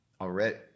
already